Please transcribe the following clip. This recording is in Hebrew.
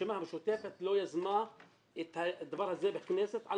הרשימה המשותפת לא יזמה את הדבר הזה בכנסת על